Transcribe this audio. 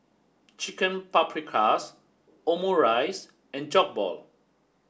Chicken Paprikas Omurice and Jokbal